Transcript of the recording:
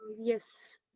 Yes